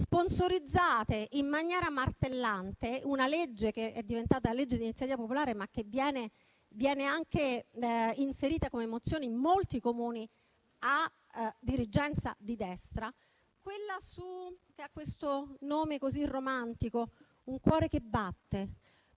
sponsorizzate in maniera martellante una legge, che è diventata legge di iniziativa popolare ma che viene anche inserita come mozione in molti Comuni amministrati dalla destra, che ha un nome molto romantico, «un cuore che batte»,